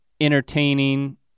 entertaining